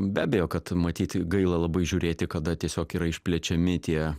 be abejo kad matyt gaila labai žiūrėti kada tiesiog yra išplečiami tie